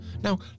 Now